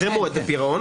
אחרי מועד הפירעון,